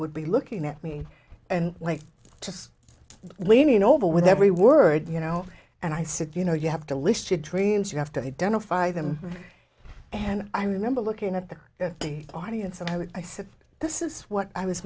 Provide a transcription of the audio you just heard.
would be looking at me and like just leaning over with every word you know and i said you know you have to list your dreams you have to identify them and i remember looking at the audience and i would i said this is what i was